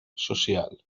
social